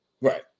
Right